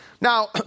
Now